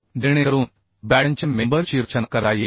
जेणेकरून बॅटनच्या मेंबर ची रचना करता येईल